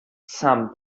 some